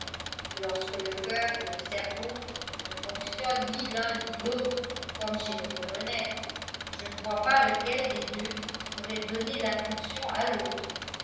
et lorsque le coeur et le cerveau ne fonctionnent ni l'un ni l'autre comme chez le colonel je ne vois pas lequel des deux pourrait donner l'impulsion à l'autre